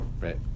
right